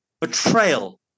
betrayal